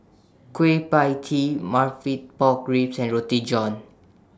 Kueh PIE Tee Pork Ribs and Roti John